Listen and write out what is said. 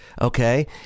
okay